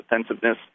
offensiveness